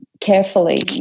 carefully